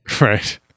Right